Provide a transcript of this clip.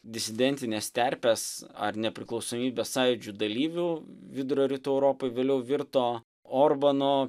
disidentinės terpės ar nepriklausomybės sąjūdžio dalyvių vidurio rytų europoj vėliau virto orbano